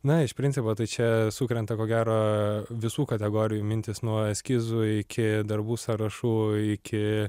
na iš principo tai čia sukrenta ko gero visų kategorijų mintys nuo eskizų iki darbų sąrašų iki